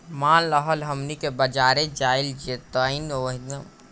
मान ल हमनी के बजारे जाइल जाइत ओहिजा से सब्जी लेके आवल जाई